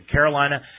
Carolina